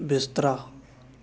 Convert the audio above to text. ਬਿਸਤਰਾ